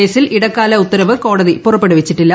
കേസിൽ ഇടക്കാല ഉത്തരവ് കോടതി പുറപ്പെടുവിച്ചിട്ടില്ല